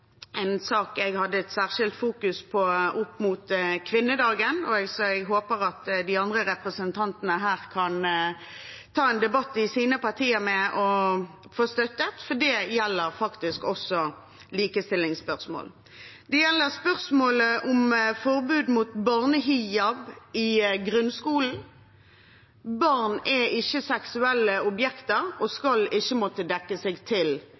en sak jeg fokuserte særskilt på opp mot kvinnedagen, som jeg håper at de andre representantene her kan ta en debatt om i sine partier med tanke på å støtte, for det gjelder faktisk også likestilling. Det gjelder spørsmålet om forbud mot barnehijab i grunnskolen. Barn er ikke seksuelle objekter og skal ikke måtte dekke seg til